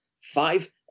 Five